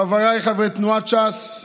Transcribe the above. חבריי חברי תנועת ש"ס,